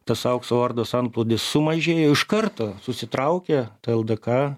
tas aukso ordos antplūdis sumažėjo iš karto susitraukė ta ldk